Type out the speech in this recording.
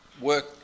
work